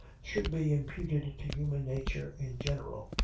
should be imputed to human nature in general,